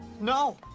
No